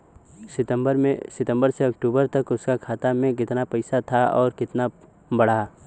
सितंबर से अक्टूबर तक उसका खाता में कीतना पेसा था और कीतना बड़ा?